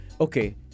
okay